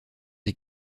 des